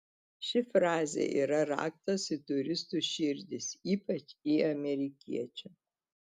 ši frazė yra raktas į turistų širdis ypač į amerikiečių